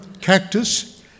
cactus